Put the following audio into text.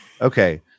okay